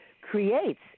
creates